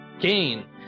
Gain